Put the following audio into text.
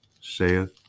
saith